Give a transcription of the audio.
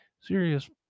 serious